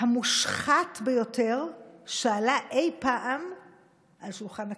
המושחת ביותר שעלה אי פעם על שולחן הכנסת.